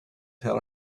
tell